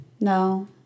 No